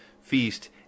feast